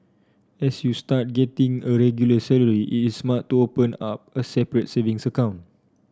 as you start getting a regular salary it is smart to open up a separate savings account